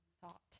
thought